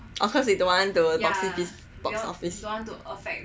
cause they don't want to box office